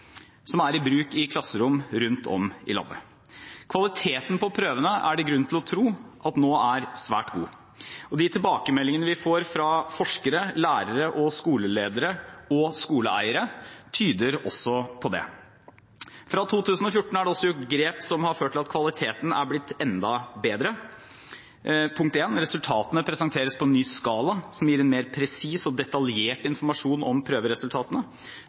som er i bruk i klasserom rundt om i landet. Kvaliteten på prøvene er det grunn til å tro at nå er svært god, og de tilbakemeldingene vi får fra forskere, lærere, skoleledere og skoleeiere, tyder også på det. Fra 2014 er det også gjort grep som har ført til at kvaliteten er blitt enda bedre. Punkt 1: Resultatene presenteres på en ny skala som gir en mer presis og detaljert informasjon om prøveresultatene.